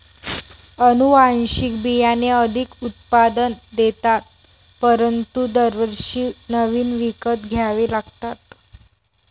अनुवांशिक बियाणे अधिक उत्पादन देतात परंतु दरवर्षी नवीन विकत घ्यावे लागतात